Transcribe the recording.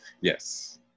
Yes